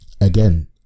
again